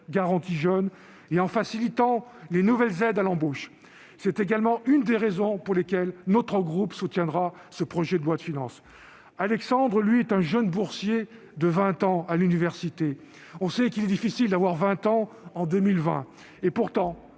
garantie jeunes et en facilitant les nouvelles aides à l'embauche. C'est également l'une des raisons pour lesquelles notre groupe soutiendra ce projet de loi de finances. Alexandre, lui, est un jeune boursier de 20 ans à l'université. On sait qu'il est difficile d'avoir 20 ans en 2020. Pourtant,